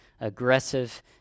aggressive